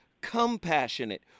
Compassionate